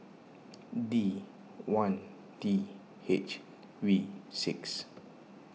D one T H V six